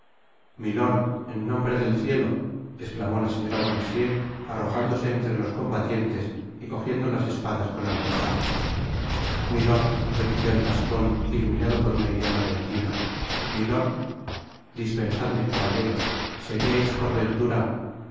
milord en nombre del cielo esclamó la señora bonacieux arrojándose entre los combatientes y cojiendo las espadas con ambas manos milord repitió el gascon ituminado por una idea repentina milord dispensadme caballero seriais por ventura